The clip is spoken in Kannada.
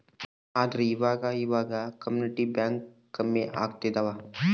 ಆದ್ರೆ ಈವಾಗ ಇವಾಗ ಕಮ್ಯುನಿಟಿ ಬ್ಯಾಂಕ್ ಕಡ್ಮೆ ಆಗ್ತಿದವ